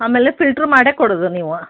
ಆಮೇಲೆ ಫಿಲ್ಟ್ರು ಮಾಡೇ ಕೊಡೋದು ನೀವು